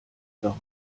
drauf